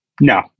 no